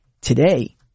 today